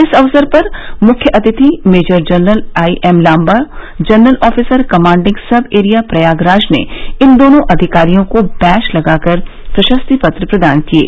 इस अवसर पर मुख्य अतिथि major general IM Lamba general officer commanding sub area Prayagraj ने इन दोनों अधिकारियों को बैच लगाकर प्रशास्ति पत्र प्रदान किये